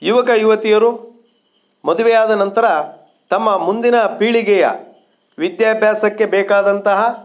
ಯುವಕ ಯುವತಿಯರು ಮದುವೆಯಾದ ನಂತರ ತಮ್ಮ ಮುಂದಿನ ಪೀಳಿಗೆಯ ವಿದ್ಯಾಭ್ಯಾಸಕ್ಕೆ ಬೇಕಾದಂತಹ